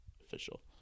official